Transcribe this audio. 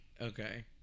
Okay